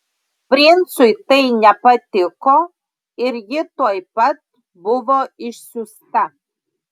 princui tai nepatiko ir ji tuoj pat buvo išsiųsta